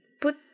put